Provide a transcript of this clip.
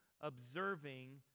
observing